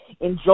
enjoy